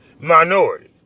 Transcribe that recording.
Minority